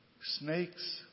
snakes